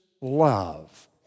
love